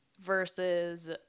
versus